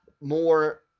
more